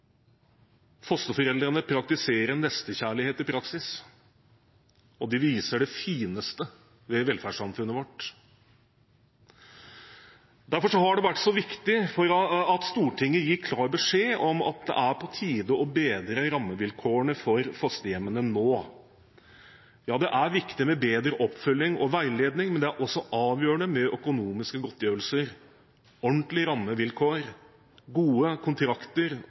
Fosterforeldrene praktiserer nestekjærlighet i praksis, og de viser det fineste ved velferdssamfunnet vårt. Derfor har det vært så viktig at Stortinget gir klar beskjed om at det er på tide å bedre rammevilkårene for fosterhjemmene nå. Ja, det er viktig med bedre oppfølging og veiledning, men det er også avgjørende med økonomiske godtgjørelser, ordentlige rammevilkår, gode kontrakter